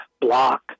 block